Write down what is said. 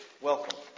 welcome